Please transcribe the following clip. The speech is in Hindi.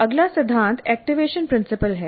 अगला सिद्धांत एक्टिवेशन प्रिंसिपल है